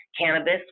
cannabis